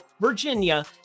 virginia